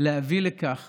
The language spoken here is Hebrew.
להביא לכך